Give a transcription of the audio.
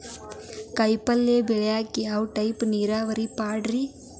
ಕಾಯಿಪಲ್ಯ ಬೆಳಿಯಾಕ ಯಾವ ಟೈಪ್ ನೇರಾವರಿ ಪಾಡ್ರೇ?